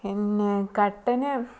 പിന്നെ കട്ടന്